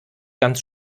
ganz